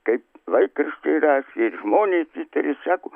kaip laikraščiai rašė ir žmonės įtarė sako